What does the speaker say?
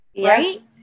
Right